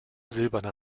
silberne